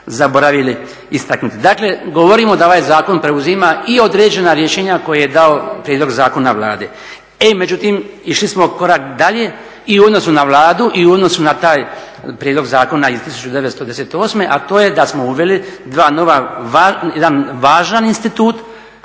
zaboravili istaknuti. Dakle, govorimo da ovaj zakon preuzima i određena rješenja koja je dao prijedlog zakona Vlade. Međutim, išli smo korak dalje i u odnosu na Vladu i u odnosu na taj prijedlog zakona iz …, a to je da smo uveli dva nova, jedan važan institut